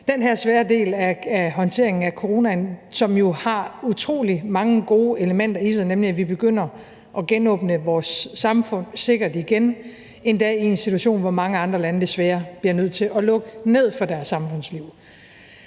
den her svære del af håndteringen af coronaen. Det er en aftale, som jo har utrolig mange gode elementer i sig, nemlig at vi begynder at genåbne vores samfund sikkert igen, endda i en situation, hvor mange andre lande desværre bliver nødt til at lukke ned for deres samfundsliv.